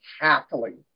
cackling